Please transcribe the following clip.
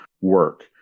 work